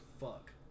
fuck